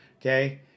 okay